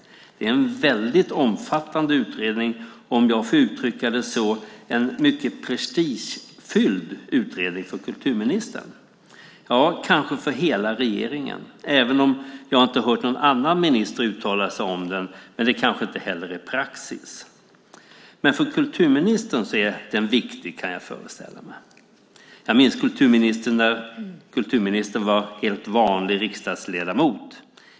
Det är en väldigt omfattande utredning och, om jag får uttrycka det så, en mycket prestigefylld utredning för kulturministern, ja kanske för hela regeringen. Jag har dock inte hört någon annan minister uttala sig om den, men det kanske inte heller är praxis. För kulturministern är den dock viktig kan jag föreställa mig. Jag minns när kulturministern var en helt vanlig riksdagsledamot.